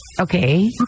Okay